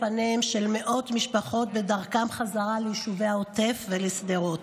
פניהן של מאות משפחות בדרכן חזרה ליישובי העוטף ולשדרות.